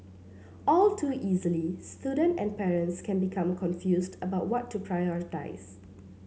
all too easily student and parents can become confused about what to prioritise